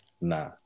nah